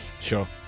Sure